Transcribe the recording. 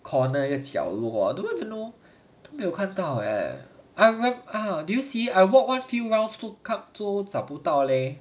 corner 一个角落 I don't really know 都没有看到 leh air I'm like ah did you see I walk one few rounds two cups too 都找不到 leh